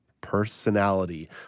personality